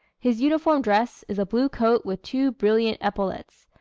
his uniform dress is a blue coat with two brilliant epaulets,